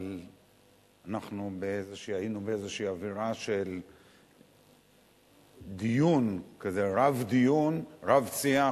אבל אנחנו היינו באיזושהי אווירה של דיון, רב-שיח